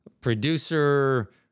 producer